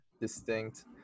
distinct